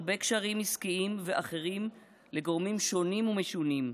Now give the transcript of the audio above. הרבה קשרים עסקיים ואחרים, לגורמים שונים ומשונים,